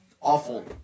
awful